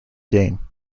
game